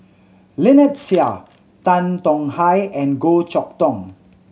Lynnette Seah Tan Tong Hye and Goh Chok Tong